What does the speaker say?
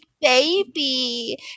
baby